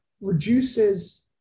reduces